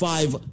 Five